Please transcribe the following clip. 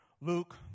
Luke